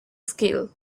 skills